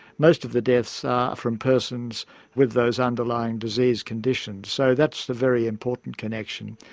most of the deaths are from persons with those underlying disease conditions. so that's the very important connection.